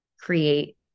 create